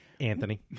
Anthony